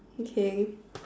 okay